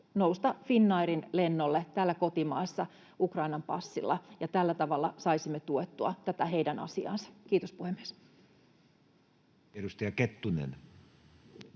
nousta Finnairin lennolle täällä kotimaassa Ukrainan passilla ja tällä tavalla saisimme tuettua tätä heidän asiaansa. — Kiitos puhemies. [Speech